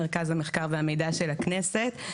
מרכז המחקר והמידע של הכנסת.